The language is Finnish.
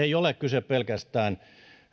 ei ole kyse pelkästään